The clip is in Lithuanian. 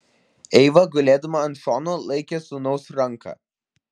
eiva gulėdama ant šono laikė sūnaus ranką